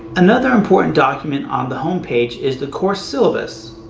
another important document on the home page is the course syllabus.